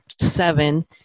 seven